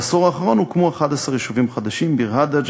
בעשור האחרון הוקמו 11 יישובים חדשים: ביר-הדאג',